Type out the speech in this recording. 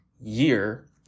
year